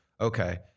okay